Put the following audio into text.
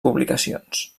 publicacions